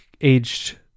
aged